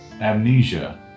amnesia